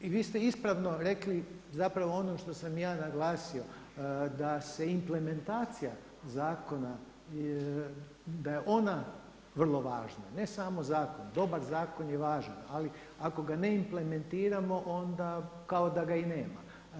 I vi ste ispravno rekli zapravo ono što sam i ja naglasio da se implementacija zakona, da je ona vrlo važna, ne samo zakon, dobar zakon je važan ali ako ga ne implementiramo onda kao da ga i nema.